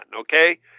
okay